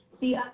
See